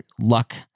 luck